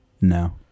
no